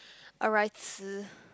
alright